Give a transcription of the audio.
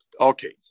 Okay